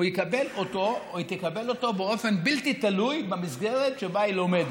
הוא יקבל אותו או היא תקבל אותו באופן בלתי תלוי במסגרת שבה היא לומדת.